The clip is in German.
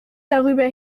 darüber